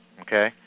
okay